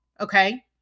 okay